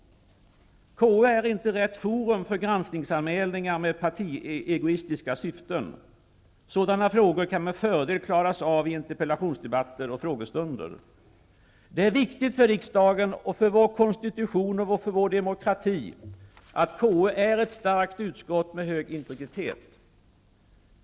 KU är inte rätt forum för granskningsanmälningar med partiegoistiska syften. Sådana frågor kan med fördel klaras av i interpellationsdebatter och frågestunder. Det är viktigt för riksdagen, för vår konstitution och för vår demokrati att KU är ett starkt utskott med stor integritet.